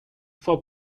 for